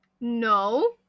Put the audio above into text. no